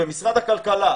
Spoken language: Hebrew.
משרד הכלכלה,